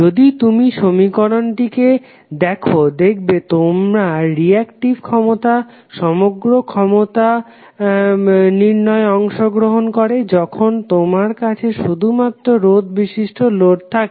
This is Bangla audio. যদি তুমি সমীকরণটিকে দেখো দেখবে তোমার রিঅ্যাক্টিভ ক্ষমতা সমগ্র ক্ষমতা নির্ণয়ে অংশগ্রহন করে যখন তোমার কাছে শুধু মাত্র রোধ বিশিষ্ট লোড থাকে